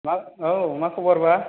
मा औ मा खबर बा